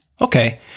Okay